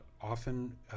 often